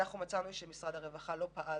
שמשרד הרווחה לא פעל